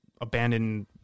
abandoned